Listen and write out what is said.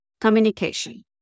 communication